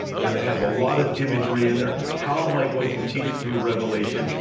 and it has a lot of imagery in there. how am i going to teach through revelation?